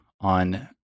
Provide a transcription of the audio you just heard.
on